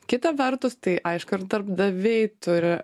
kita vertus tai aišku ir darbdaviai turi